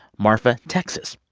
marfa, texas.